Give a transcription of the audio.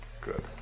good